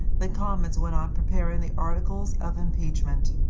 the commons went on preparing the articles of impeachment.